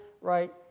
right